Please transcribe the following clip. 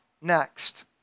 next